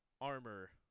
armor